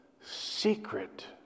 secret